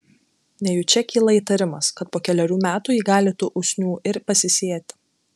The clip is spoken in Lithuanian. nejučia kyla įtarimas kad po kelerių metų ji gali tų usnių ir pasisėti